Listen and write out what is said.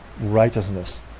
righteousness